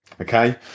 okay